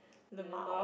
lmao